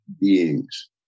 beings